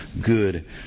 good